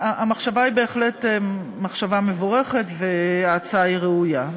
המחשבה היא בהחלט מחשבה מבורכת וההצעה היא ראויה.